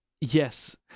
Yes